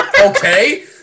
okay